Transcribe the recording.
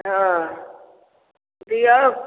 हँ दिऔ